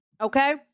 Okay